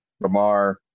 Lamar